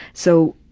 so,